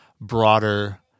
broader